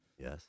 Yes